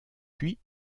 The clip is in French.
puis